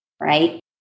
right